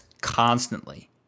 constantly